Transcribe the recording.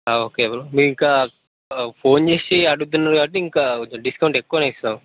okay bro మీకు ఇంకా phone చేసి అడుగుతున్నారు కాబట్టి ఇంకా డిస్కౌంట్ ఎక్కువనే ఇస్తాం